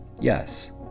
yes